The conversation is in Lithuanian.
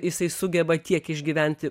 jisai sugeba tiek išgyventi